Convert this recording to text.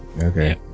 Okay